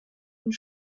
und